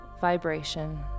vibration